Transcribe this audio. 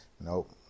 nope